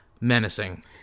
menacing